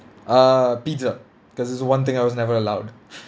err pizza cause it's the one thing I was never allowed